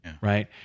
right